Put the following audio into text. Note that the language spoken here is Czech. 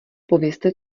povězte